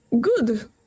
good